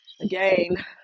again